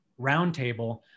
Roundtable